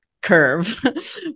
curve